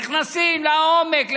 נכנסים לעומק,